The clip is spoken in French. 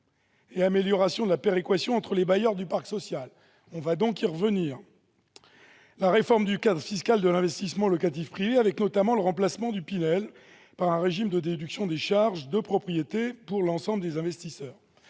et l'amélioration de la péréquation entre les bailleurs de ce parc. Enfin, il est prévu de réformer le cadre fiscal de l'investissement locatif privé, avec notamment le remplacement du dispositif Pinel par un régime de déduction des charges de propriété pour l'ensemble des investisseurs.